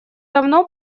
давно